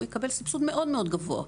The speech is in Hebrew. הוא יקבל סבסוד מאוד גבוה,